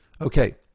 Okay